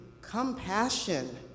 compassion